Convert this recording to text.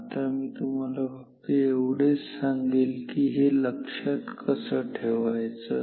आता मी तुम्हाला फक्त एवढेच सांगेल की हे लक्षात कस ठेवायचं